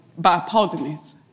bipolarness